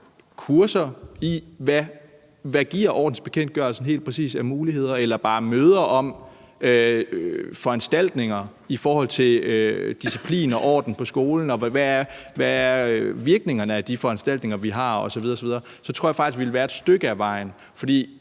kurser i, hvad ordensbekendtgørelsen helt præcis giver af muligheder, eller bare holde møder om foranstaltninger i forhold til disciplin og orden på skolen, og hvad virkningerne er af de foranstaltninger, vi har osv. osv. Så tror jeg faktisk, vi ville være et stykke ad vejen. For